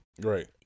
Right